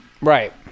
Right